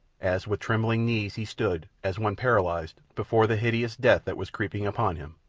as with trembling knees he stood, as one paralyzed, before the hideous death that was creeping upon him.